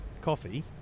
Coffee